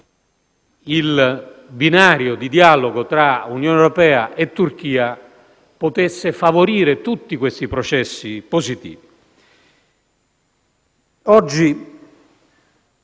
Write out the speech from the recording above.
il binario di dialogo tra Unione europea e Turchia potesse favorire tutti questi processi positivi. Oggi